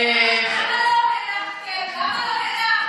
אני קוראת אותך לסדר.